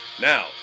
Now